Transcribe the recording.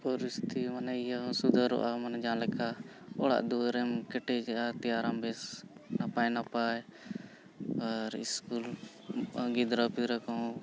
ᱯᱚᱨᱤᱥᱛᱷᱤᱛᱤ ᱢᱟᱱᱮ ᱤᱭᱟᱹ ᱦᱚᱸ ᱥᱩᱫᱷᱟᱹᱨᱚᱜᱼᱟ ᱢᱟᱱᱮ ᱡᱟᱦᱟᱸ ᱞᱮᱠᱟ ᱚᱲᱟᱜᱼᱫᱩᱣᱟᱹᱨᱮᱢ ᱠᱮᱴᱮᱡᱟ ᱛᱮᱭᱟᱨᱟᱢ ᱵᱮᱥ ᱱᱟᱯᱟᱭᱼᱱᱟᱯᱟᱭ ᱟᱨ ᱤᱥᱠᱩᱞ ᱜᱤᱫᱽᱨᱟᱹᱼᱯᱤᱫᱽᱨᱟᱹ ᱠᱚᱦᱚᱸ